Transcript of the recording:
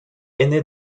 aîné